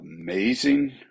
amazing